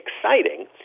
exciting